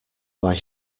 why